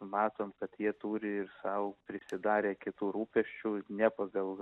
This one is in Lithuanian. matom kad jie turi ir sau prisidarę kitų rūpesčių ne pagal